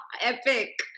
epic